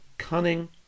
cunning